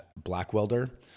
blackwelder